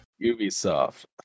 Ubisoft